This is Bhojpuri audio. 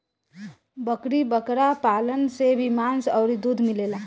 बकरी बकरा पालन से भी मांस अउरी दूध मिलेला